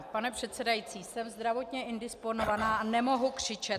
Pane předsedající, jsem zdravotně indisponována a nemohu křičet.